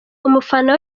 umufana